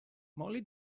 mollie